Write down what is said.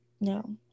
no